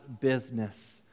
business